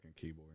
keyboard